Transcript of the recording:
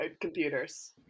computers